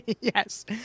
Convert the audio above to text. Yes